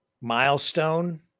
milestone